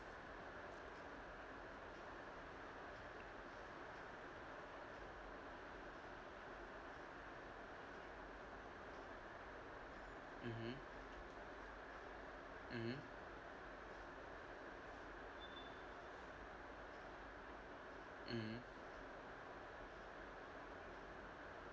mmhmm mmhmm mmhmm